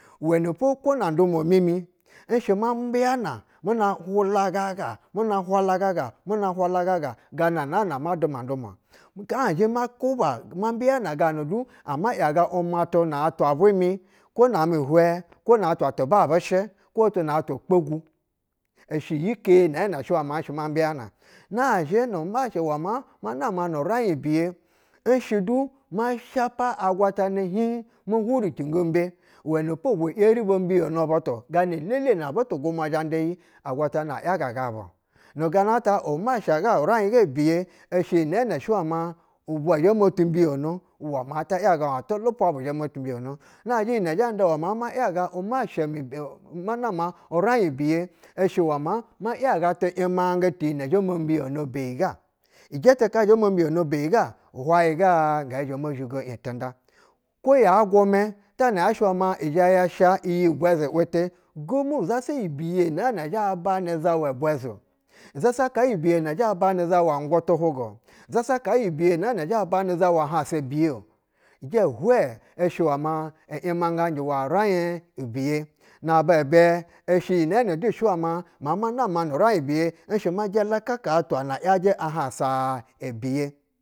Uwɛnɛpo kwo na ndum wa mi mi nshɛ muna mbiyana, mu na hwala gaga mu na hwala gaga muna hwalaga ga naa na ama duma ndumwa nazhɛ ma kwuba ma mbiyana gana du ama yaga umatu na atwa vwɛ mi, kwo namɛ hwɛ, kwo natwa tu babɛshɛ kwo na twa kpogu, ishɛ iyi ke nɛɛnɛ shɛ wɛ maa ma nibiyana. Nazhɛ na shɛ shɛ wɛ maa ma nama nu raiɧ biye n shɛ du ma shapa agwatana hiiɧ mohuricingƌ umbe, uwɛnapo ubwa yeri bo mbuiono butu gana lele na butu zhɛ nda yi, agwatana a yagaga bu. Nu gana ta umagha ga raiɧ ga biye isha iyi nɛɛnɛ ishɛ uwɛ ma ubwa zhɛ motu mbiyono hwɛ maa ta ‘yaga ahansa keni du kaa bizhɛ motu mbiyono. Nazhɛ iyi zhɛ nƌa uwɛ maa ma ‘yaga umiasha mi bɛ ma nama uraiɧ biye shɛ wɛ maa ma ‘yaga ti imananga ti yinɛ zhɛ mo mbiyono beyi ga ijɛtɛ ka zha zhɛ mombiyono beyi ga, hwayɛ ga ngɛzhɛ mo zhigo iɧ tinƌa kwo iya gumɛ, tana yɛ zhɛ ya banɛ zawa ngwu tu hwuga-o. izasa ka iyi biyɛ nɛ zhɛ bana zawa ahansa biyɛ-o, ijɛ hwɛ ishɛ uwɛ mai ‘yimanganjɛ uwɛ raiɧ biye naba bɛ ishɛ inɛɛ nɛ du shɛ uwɛ ma maa ma nama nu raiɧ biye nshɛ ma jalaka ahwa na ‘yajɛ ahansa ebiye.